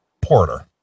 porter